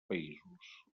països